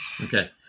Okay